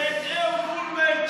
ואת אהוד אולמרט,